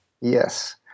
Yes